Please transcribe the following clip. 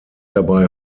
dabei